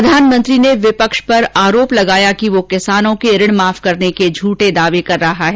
प्रधानमंत्री ने विपक्ष पर आरोप लगाया कि वह किसानों के ऋण माफ करने के झूठे दावे कर रहा है